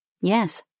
yes